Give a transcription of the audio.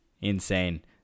insane